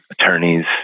attorneys